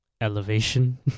elevation